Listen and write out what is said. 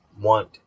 want